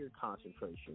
concentration